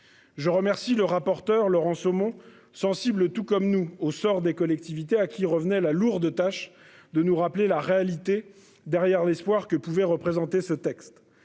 Je remercie le rapporteur Laurent Somon sensible, tout comme nous au sort des collectivités à qui revenait la lourde tâche de nous rappeler la réalité derrière l'espoir que pouvait représenter ce texte.